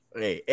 hey